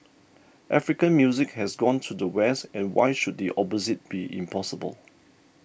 African music has gone to the West and why should the opposite be impossible